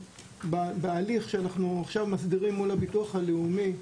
בהליך שאנחנו עכשיו מסדירים מול הביטוח הלאומי,